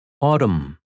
Autumn